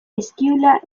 eskiula